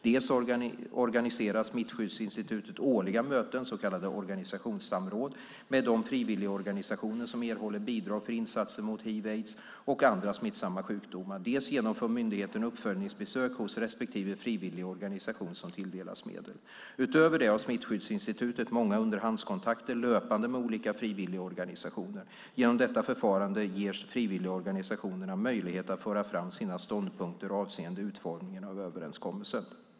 Dels organiserar Smittskyddsinstitutet årliga möten, så kallade organisationssamråd, med de frivilligorganisationer som erhåller bidrag för insatser mot hiv/aids och andra smittsamma sjukdomar, dels genomför myndigheten uppföljningsbesök hos respektive frivilligorganisation som tilldelats medel. Utöver det har Smittskyddsinstitutet många underhandskontakter löpande med olika frivilligorganisationer. Genom detta förfarande ges frivilligorganisationerna möjlighet att föra fram sina ståndpunkter avseende utformningen av överenskommelsen.